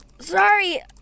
sorry